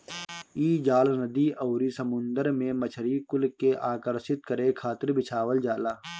इ जाल नदी अउरी समुंदर में मछरी कुल के आकर्षित करे खातिर बिछावल जाला